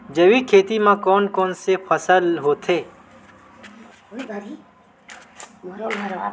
जैविक खेती म कोन कोन से फसल होथे?